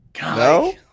No